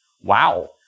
Wow